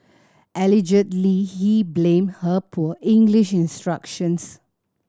allegedly he blamed her poor English instructions